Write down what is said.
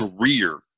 career